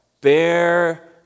bear